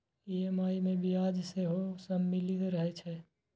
EMI मे ब्याज सेहो सम्मिलित रहै छै